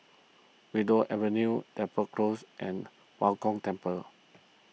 Willow Avenue Depot Close and Bao Gong Temple